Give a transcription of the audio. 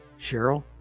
Cheryl